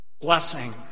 Blessing